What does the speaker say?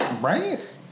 Right